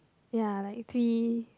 ya like three